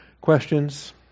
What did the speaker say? questions